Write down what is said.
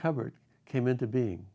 covered came into being